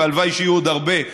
והלוואי שיהיו עוד הרבה,